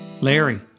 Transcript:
larry